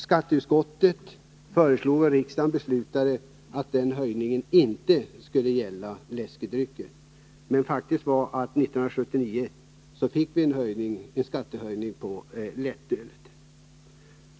Skatteutskottet föreslog emellertid att den höjningen inte skulle gälla läskedrycker, och kammaren beslutade i enlighet därmed. Faktum är dock att 1979 fick vi en skattehöjning på lättöl.